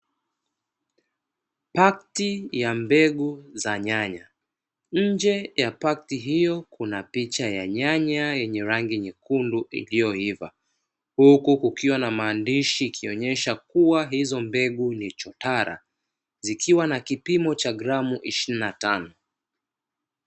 Pakti ya mbegu za nyanya nje ya pakti hiyo kuna picha ya nyanya yenye rangi nyekundu iliyoiva, huku kukiwa na maandishi ikionesha kuwa hizo mbegu ni chotara zikiwa na kipimo cha gramu ishirini na tano.